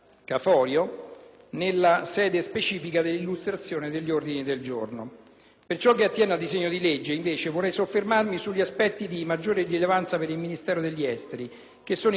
Per quanto attiene al disegno di legge, invece, vorrei soffermarmi sugli aspetti di maggiore rilevanza per il Ministero degli affari esteri, specificamente gli articoli 01, 1 e 2. L'articolo 01,